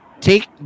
take